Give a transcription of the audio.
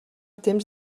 temps